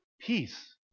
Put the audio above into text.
peace